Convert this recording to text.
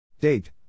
Date